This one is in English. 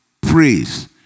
praise